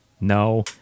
No